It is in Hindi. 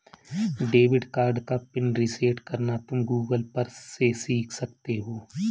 डेबिट कार्ड का पिन रीसेट करना तुम गूगल पर से सीख सकते हो